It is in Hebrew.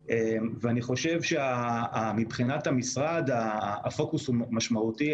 אני חושב שמבחינת המשרד הפוקוס הוא משמעותי.